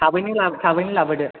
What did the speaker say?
थाबैनो लाबो थाबैनो लाबोदो